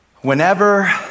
Whenever